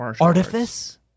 Artifice